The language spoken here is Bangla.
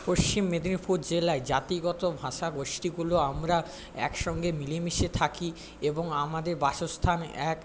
পশ্চিম মেদিনীপুর জেলায় জাতিগত ভাষা গোষ্ঠীগুলো আমরা একসঙ্গে মিলে মিশে থাকি এবং আমাদের বাসস্থান এক